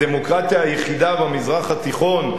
הדמוקרטיה היחידה במזרח התיכון,